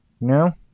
no